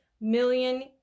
million